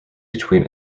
between